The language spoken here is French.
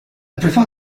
plupart